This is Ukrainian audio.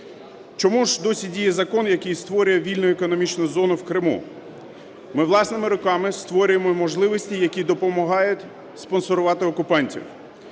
Чому ж досі діє закон, який створює вільну економічну зону в Криму? Ми власними руками створюємо можливості, які допомагають спонсорувати окупантів.